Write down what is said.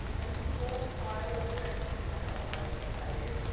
and you called kyle and said kyle, i was invited.